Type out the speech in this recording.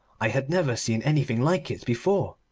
i had never seen anything like it before.